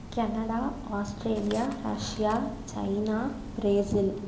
Canada Australia Russia China Brazil